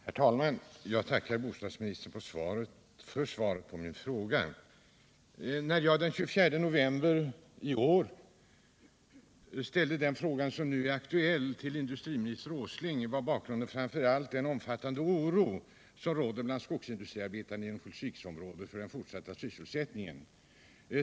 Herr talman! Jag tackar bostadsministern för svaret på min fråga. När jag den 24 november i år ställde den fråga som nu är aktuell till industriminister Åsling var bakgrunden framför allt den omfattande oro för den fortsatta sysselsättningen som råder bland skogsindustriarbetarna i Örnsköldsviksområdet.